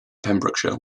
pembrokeshire